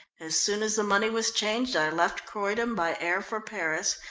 as soon as the money was changed i left croydon by air for paris,